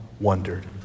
wondered